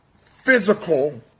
physical